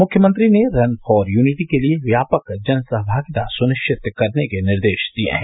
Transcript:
मुख्यमंत्री ने run for unity के लिये व्यापक जन सहभागिता सुनिश्चित करने के निर्देश दिये हैं